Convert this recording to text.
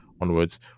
onwards